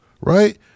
Right